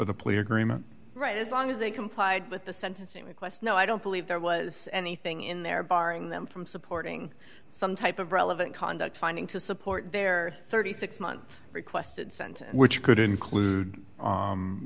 of the plea agreement right as long as they complied with the sentencing request no i don't believe there was anything in there barring them from supporting some type of relevant conduct finding to support their thirty six month requests which could include